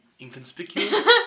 inconspicuous